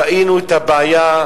ראינו את הבעיה.